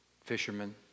Fishermen